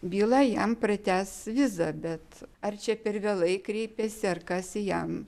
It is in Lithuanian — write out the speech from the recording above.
byla jam pratęs vizą bet ar čia per vėlai kreipėsi ar kas jam